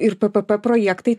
ir ppp projektai